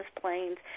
planes